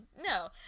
No